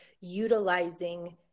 utilizing